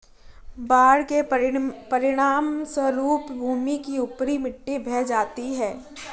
बाढ़ के परिणामस्वरूप भूमि की ऊपरी मिट्टी बह जाती है